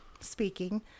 speaking